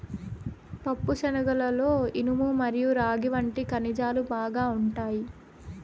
పప్పుశనగలలో ఇనుము మరియు రాగి వంటి ఖనిజాలు బాగా ఉంటాయి